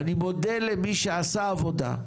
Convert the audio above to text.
אני מודה למי שעשה עבודה,